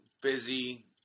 Busy